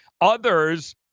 Others